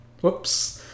Whoops